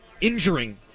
injuring